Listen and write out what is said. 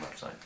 website